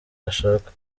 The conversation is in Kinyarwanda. gashaka